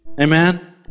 Amen